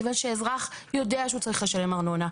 כיוון שאזרח יודע שהוא צריך לשלם ארנונה,